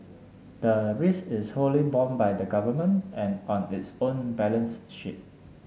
the risk is wholly borne by the Government an on its own balance sheet